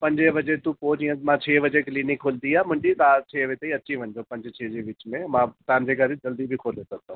पंजे बजे तू पोइ जीअं मां छह बजे क्लीनिक खुलंदी आहे मुंहिंजी तव्हां छ्ह बजे ई अची वञिजो पंज छ्ह जे विच में मां तव्हांजे करे जल्दी बि खोले सघंदो आहियां